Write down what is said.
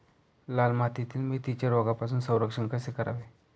लाल मातीतील मेथीचे रोगापासून संरक्षण कसे करावे?